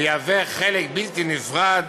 ויהווה חלק בלתי נפרד